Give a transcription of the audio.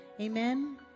amen